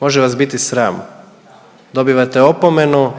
Može vas biti sram. Dobivate opomenu